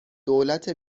دولت